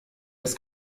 ist